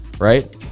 right